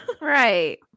right